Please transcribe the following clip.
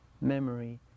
memory